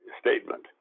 statement